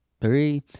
three